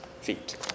feet